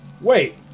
Wait